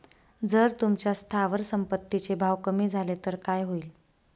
जर तुमच्या स्थावर संपत्ती चे भाव कमी झाले तर काय होईल?